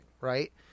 right